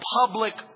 public